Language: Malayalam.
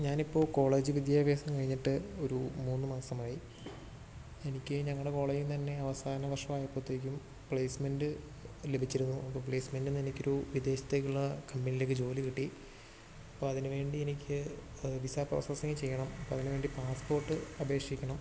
ഞാനിപ്പോൾ കോളേജ് വിദ്യാഭ്യാസം കഴിഞ്ഞിട്ട് ഒരു മൂന്നു മാസമായി എനിക്ക് ഞങ്ങളുടെ കോളേജിൽ നിന്നു തന്നെ അവസാന വർഷമായപ്പോഴത്തേക്കും പ്ലേസ്മെൻ്റ് ലഭിച്ചിരുന്നു അപ്പോൾ പ്ലേസ്മെൻ്റിന് എനിക്കൊരു വിദേശത്തേക്കുള്ള കമ്പനിയിലേക്ക് ജോലി കിട്ടി അപ്പം അതിനു വേണ്ടി എനിക്ക് വിസ പ്രോസസ്സിംങ്ങ് ചെയ്യണം അതിനുവേണ്ടി പാസ്പോർട്ട് അപേക്ഷിക്കണം